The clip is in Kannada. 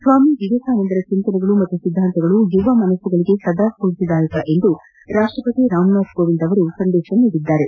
ಸ್ವಾಮಿ ವಿವೇಕಾನಂದರ ಚಿಂತನೆಗಳು ಮತ್ತು ಸಿದ್ಗಾಂತಗಳು ಯುವ ಮನಸ್ಸುಗಳಿಗೆ ಸದಾ ಸ್ಪೂರ್ತಿದಾಯಕ ಎಂದು ರಾಷ್ಸಪತಿ ರಾಮನಾಥ್ ಕೋವಿಂದ್ ಸಂದೇಶ ನೀಡಿದ್ದಾರೆ